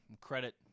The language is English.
credit